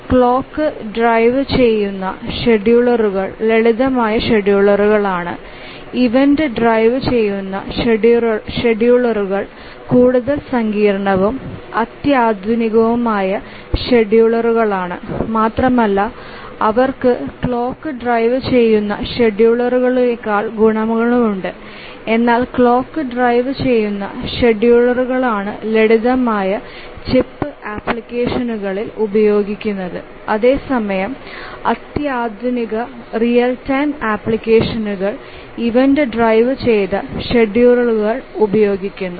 clock drive ചെയ്യുന്ന ഷെഡ്യൂളറുകൾ ലളിതമായ ഷെഡ്യൂളറുകളാണ് ഇവന്റ് ഡ്രൈവുചെയ്യുന്ന ഷെഡ്യൂളറുകൾ കൂടുതൽ സങ്കീർണ്ണവും അത്യാധുനികവുമായ ഷെഡ്യൂളറുകളാണ് മാത്രമല്ല അവർക്ക് ക്ലോക്ക് ഡ്രൈവുചെയ്യുന്ന ഷെഡ്യൂളറിനേക്കാൾ ഗുണങ്ങളുണ്ട് എന്നാൽ ക്ലോക്ക് ഡ്രൈവുചെയ്യുന്ന ഷെഡ്യൂളറുകളാണ് ലളിതമായ ചിപ്പ് ആപ്ലിക്കേഷനുകളിൽ ഉപയോഗിക്കുന്നത് അതേസമയം അത്യാധുനിക റിയൽ ടൈം ആപ്ലിക്കേഷനുകൾ ഇവന്റ് ഡ്രൈവുചെയ്ത ഷെഡ്യൂളറുകൾ ഉപയോഗിക്കുന്നു